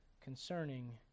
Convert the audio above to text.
concerning